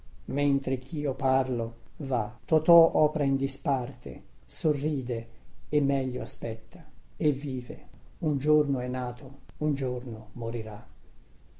mentre chio parlo va totò opra in disparte sorride e meglio aspetta e vive un giorno è nato un giorno morirà